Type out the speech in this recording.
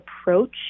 approach